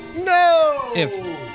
No